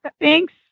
Thanks